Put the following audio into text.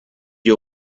you